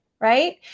right